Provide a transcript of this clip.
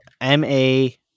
M-A-